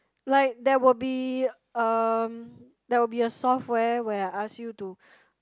like there will be um there will be a software where I ask you to